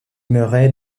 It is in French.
murray